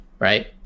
Right